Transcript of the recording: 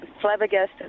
flabbergasted